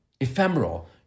ephemeral